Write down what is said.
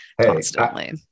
constantly